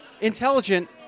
Intelligent